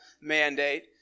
Mandate